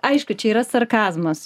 aišku čia yra sarkazmas